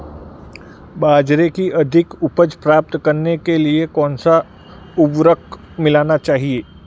बाजरे की अधिक उपज प्राप्त करने के लिए कौनसा उर्वरक मिलाना चाहिए?